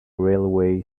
railway